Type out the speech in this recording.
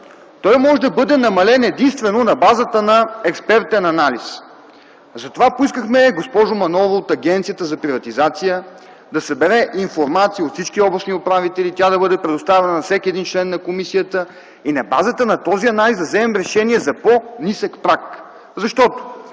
може да бъде намален единствено на базата на експертен анализ. Затова поискахме, госпожо Манолова, от Агенцията за приватизация да събере информация от всички областни управители, тя да бъде предоставена на всеки един член на комисията и на базата на този анализ да вземем решение за по-нисък праг, защото